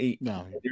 no